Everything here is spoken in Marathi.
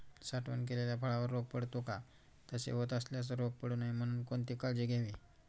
साठवण केलेल्या फळावर रोग पडतो का? तसे होत असल्यास रोग पडू नये म्हणून कोणती काळजी घ्यावी?